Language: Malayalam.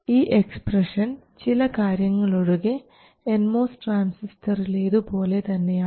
ഈ എക്സ്പ്രഷൻ ചില കാര്യങ്ങൾ ഒഴികെ എൻ മോസ് ട്രാൻസിസ്റ്ററിലേതു പോലെ തന്നെയാണ്